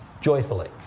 joyfully